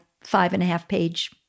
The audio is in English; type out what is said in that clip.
five-and-a-half-page